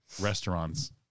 restaurants